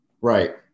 Right